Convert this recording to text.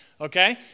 okay